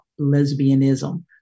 lesbianism